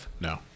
No